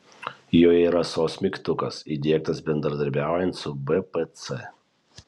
joje yra sos mygtukas įdiegtas bendradarbiaujant su bpc